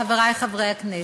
חברי חברי הכנסת,